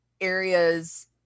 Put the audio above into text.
areas